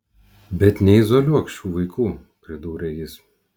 bet neizoliuok šių vaikų pridūrė jis